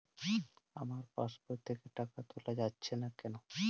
আমার পাসবই থেকে টাকা তোলা যাচ্ছে না কেনো?